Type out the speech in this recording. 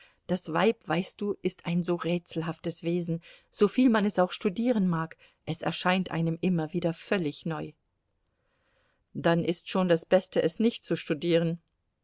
das weib weißt du ist ein so rätselhaftes wesen soviel man es auch studieren mag es erscheint einem immer wieder völlig neu dann ist schon das beste es nicht zu studieren